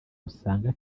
usanga